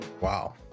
Wow